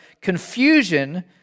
confusion